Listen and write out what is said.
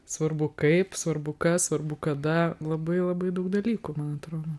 svarbu kaip svarbu kas svarbu kada labai labai daug dalykų man atrodo